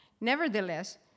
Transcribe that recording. Nevertheless